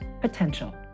potential